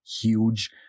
huge